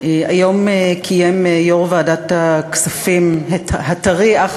היום קיים יושב-ראש ועדת הכספים הטרי אך